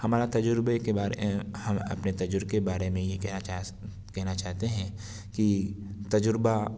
ہمارا تجربے کے بارے ہم اپنے تجر کے بارے میں یہ کہنا چاہ کہنا چاہتے ہیں کہ تجربہ